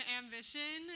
ambition